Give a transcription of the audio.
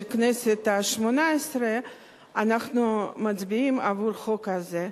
הכנסת השמונה-עשרה אנחנו מצביעים עבור החוק הזה.